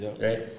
right